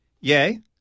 Yea